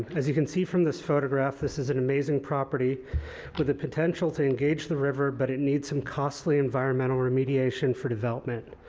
as you can see from this photograph this is an amazing property with a potential to engage the river but needs some costly environmental remediation for development.